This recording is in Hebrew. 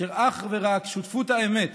אשר אך ורק שותפות האמת